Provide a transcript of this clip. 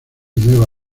nueva